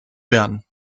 bern